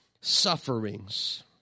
Sufferings